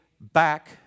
back